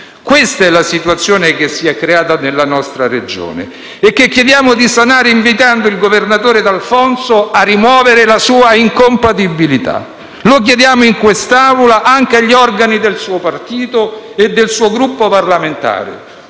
Questa è la situazione che si è creata nella nostra Regione e che chiediamo di sanare invitando il governatore D'Alfonso a rimuovere la sua incompatibilità. Lo chiediamo in quest'Aula anche agli organi del suo partito e del suo Gruppo parlamentare.